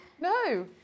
No